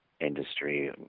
industry